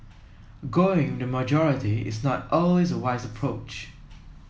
going with the majority is not always a wise approach